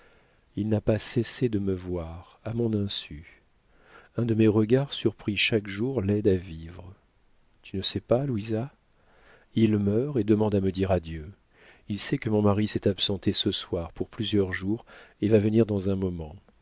il n'a pas cessé de me voir à mon insu un de mes regards surpris chaque jour l'aide à vivre tu ne sais pas louisa il meurt et demande à me dire adieu il sait que mon mari s'est absenté ce soir pour plusieurs jours et va venir dans un moment